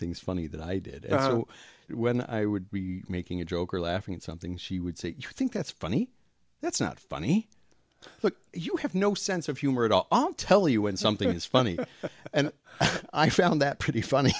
things funny that i did when i would be making a joke or laughing at something she would say you think that's funny that's not funny you have no sense of humor and i'll tell you when something is funny and i found that pretty funny